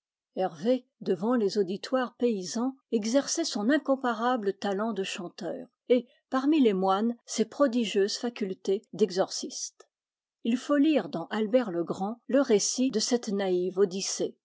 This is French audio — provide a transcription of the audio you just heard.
hervé devant les auditoires paysans exerçait son incomparable talent de chanteur et parmi les moines ses prodigieuses facultés d'exorciste il faut lire dans albert legrand le récit de cette naïve odyssée